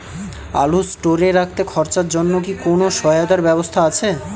আলু স্টোরে রাখতে খরচার জন্যকি কোন সহায়তার ব্যবস্থা আছে?